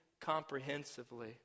comprehensively